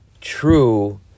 true